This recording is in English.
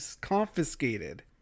confiscated